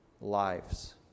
lives